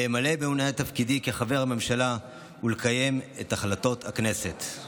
למלא באמונה את תפקידי כחבר הממשלה ולקיים את החלטות הכנסת.